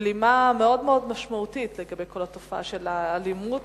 בלימה מאוד מאוד משמעותית לכל התופעה של האלימות,